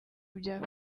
bya